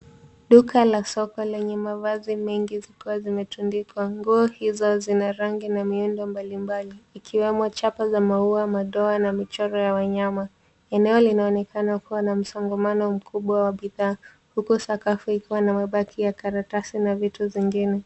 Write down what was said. Duka la soko lenye mavazi mengi zikiwa zimetundikwa. Nguo hizo zina rangi na miundo mbalimbali ikiwemo chapa za maua, madoa na michoro ya wanyama. Eneo linaokuwa na msongamano. kubwa wa bidhaa huku sakafu ikiwa na mabaki ya karatasi na vitu zingine.